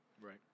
Right